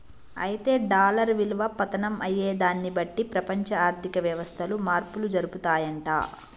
అయితే డాలర్ విలువ పతనం అయ్యేదాన్ని బట్టి ప్రపంచ ఆర్థిక వ్యవస్థలు మార్పులు జరుపుతాయంట